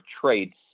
traits